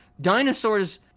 dinosaurs